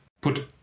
put